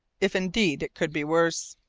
if indeed it could be worse.